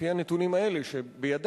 לפי הנתונים שבידי,